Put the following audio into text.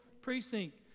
precinct